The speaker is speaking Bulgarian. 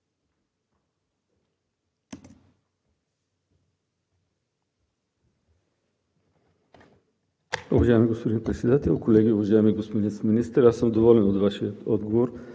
Уважаеми господин Председател, колеги! Уважаеми господин Министър, аз съм доволен от Вашия отговор.